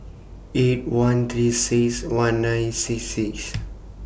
eight one three six one nine six six